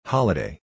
Holiday